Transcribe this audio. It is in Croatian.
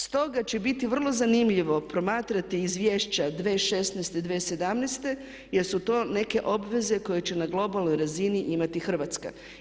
Stoga će biti vrlo zanimljivo promatrati izvješća 2016., 2017. jer su to neke obveze koje će na globalnoj razini imati Hrvatska.